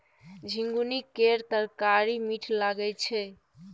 झिगुनी केर तरकारी मीठ लगई छै